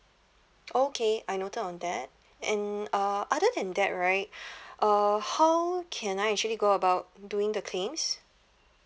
okay I noted on that and uh other than that right uh how can I actually go about doing the claims